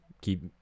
keep